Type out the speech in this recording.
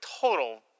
total